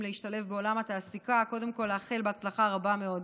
בעולם התעסוקה קודם כול כדי לאחל בהצלחה רבה מאוד